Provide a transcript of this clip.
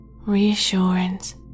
reassurance